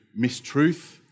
mistruth